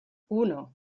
uno